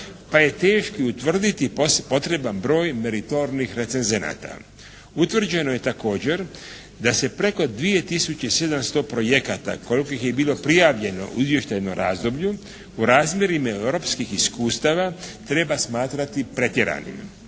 pa je teško i utvrditi potreban broj meritornih recenzenata. Utvrđeno je također da se preko 2 tisuće i 700 projekata koliko ih je bilo prijavljeno u izvještajnom razdoblju u razmjerima europskih iskustava treba smatrati pretjeranim